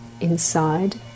inside